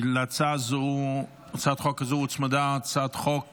להצעת החוק הזו הוצמדה הצעת חוק